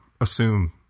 assume